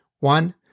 One